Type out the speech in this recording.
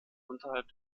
unterhalb